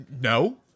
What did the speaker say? No